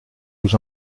vous